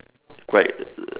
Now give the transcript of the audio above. quite (uh huh)